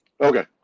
Okay